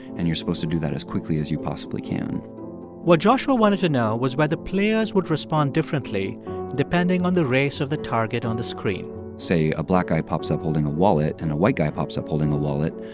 and you're supposed to do that as quickly as you possibly can what joshua wanted to know was whether players would respond differently depending on the race of the target on the screen say a black guy pops up holding a wallet, and a white guy pops up holding a wallet.